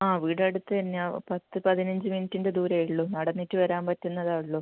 ആ വീട് അടുത്ത് തന്നെയാണ് പത്ത് പതിനഞ്ച് മിനിറ്റിൻ്റെ ദൂരമെ ഉള്ളു നടന്നിട്ട് വരാൻ പറ്റുന്നതെ ഉള്ളു